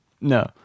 No